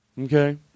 okay